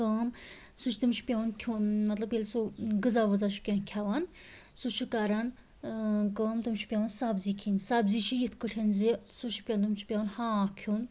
کٲم سُہ چھِ تٔمِس چھُ پٮ۪وان کھیوٚن مطلب ییٚلہِ سُہ غٕذا وٕذا چھُ کینٛہہ کھٮ۪وان سُہ چھُ کَران کٲم تٔمِس چھِ پٮ۪وان سبزی کھیٚنۍ زیادٕ سبزی چھِ یِتھ کٲٹھۍ زِ سُہ پٮ۪وان تٔمِس چھُ پٮ۪وان ہاک کھیوٚن